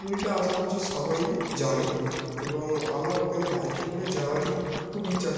পুরীটা আশা করছি সবাই জানে এবং আমার ওখানে বাইকে করে যাওয়ারই খুব ইচ্ছা আছে